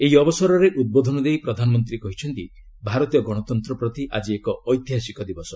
ଏହି ଅବସରରେ ଉଦ୍ବୋଧନ ଦେଇ ପ୍ରଧାନମନ୍ତ୍ରୀ କହିଛନ୍ତି ଭାରତୀୟ ଗଣତନ୍ତ୍ର ପ୍ରତି ଆଜି ଏକ ଐତିହାସିକ ଦିବସ